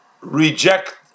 reject